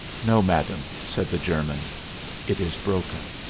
no, madam, said the german it is broken.